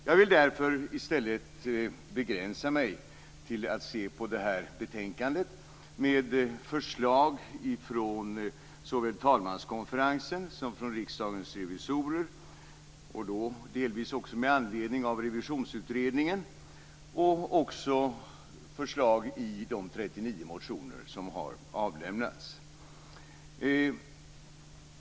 Jag vill därför i stället begränsa mig till att se på detta betänkande med förslag från såväl talmanskonferensen som Riksdagens revisorer, delvis med anledning av revisionsutredningen, och även förslagen i de 39 motioner som har avlämnats.